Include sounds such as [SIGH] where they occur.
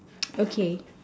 [NOISE] okay